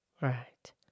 Right